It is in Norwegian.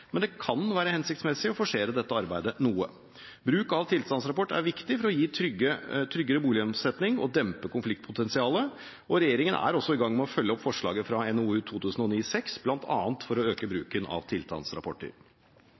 men det kan være hensiktsmessig å forsere dette arbeidet noe. Bruk av tilstandsrapport er viktig for å gi tryggere boligomsetning og dempe konfliktpotensialet. Regjeringen er også i gang med å følge opp forslaget fra NOU 2009: 6, bl.a. for å øke bruken av